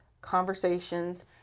conversations